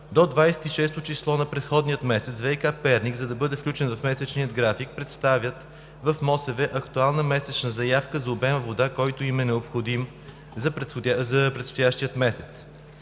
до 26-то число на предходния месец ВиК – Перник, за да бъде включен в месечния график, представя в МОСВ актуална месечна заявка за обема вода, който е необходим за предстоящия месец.